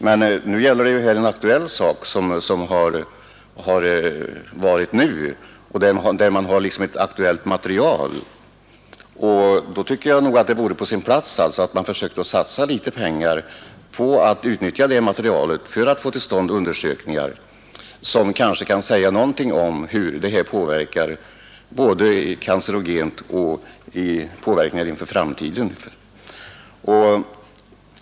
Men nu gäller det ju en aktuell sak, där man har ett material tillgängligt, och då anser jag att det vore på sin plats, att man försökte satsa litet pengar på att utnyttja det materialet för att få till stånd undersökningar som kanske kan säga någonting om hur det här påverkar både cancerogent och i andra avseenden.